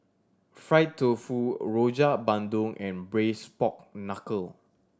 fry tofu Rojak Bandung and braise pork knuckle